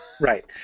Right